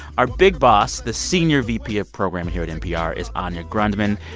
our big boss, the senior vp of programming here at npr, is anya grundmann.